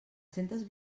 centes